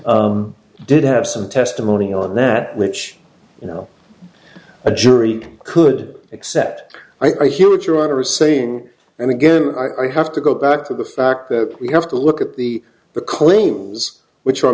valjean did have some testimony on that which you know a jury could accept i feel it your honor is saying and again i have to go back to the fact that we have to look at the the claims which are